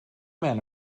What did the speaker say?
men